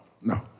no